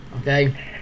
Okay